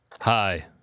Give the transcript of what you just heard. hi